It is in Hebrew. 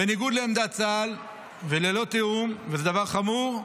בניגוד לעמדת צה"ל וללא תיאום, וזה דבר חמור,